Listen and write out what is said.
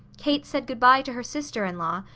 kate said good-bye to her sister-in-law,